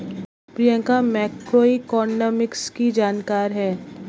Priyanka macroeconomics की जानकार है